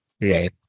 right